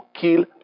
kill